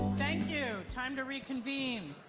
thank you. time to reconvene.